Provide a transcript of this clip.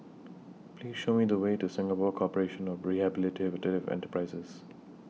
Please Show Me The Way to Singapore Corporation of Rehabilitative Enterprises